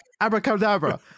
Abracadabra